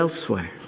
elsewhere